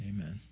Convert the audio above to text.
Amen